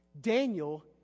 Daniel